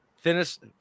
thinnest